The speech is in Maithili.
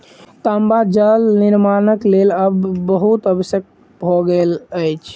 तांबा जाल निर्माणक लेल आबि बहुत आवश्यक भ गेल अछि